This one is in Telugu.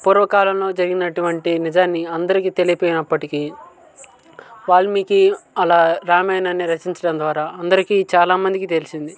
పూర్వకాలంలో జరిగినటువంటి నిజాన్ని అందరికీ తెలిపినప్పటికీ వాల్మీకి అలా రామాయణాన్ని రచించడం ద్వారా అందరికీ చాలా మందికి తెలిసింది